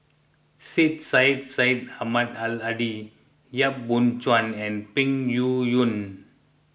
Syed Sheikh Syed Ahmad Al Hadi Yap Boon Chuan and Peng Yuyun